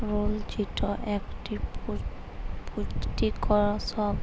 ইসপিলই গাড় মালে হচ্যে কাঁকরোল যেট একট পুচটিকর ছবজি